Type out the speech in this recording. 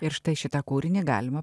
ir štai šitą kūrinį galima